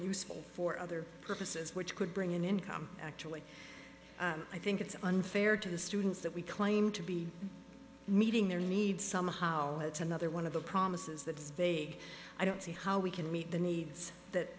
useful for other purposes which could bring in income actually i think it's unfair to the students that we claim to be meeting their needs somehow it's another one of the promises that they i don't see how we can meet the needs that